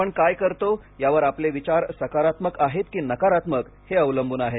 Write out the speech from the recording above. आपण काय करतो यावर आपले विचार सकारात्मक आहेत की नकारात्मक हे अवलंबून आहे